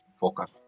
focus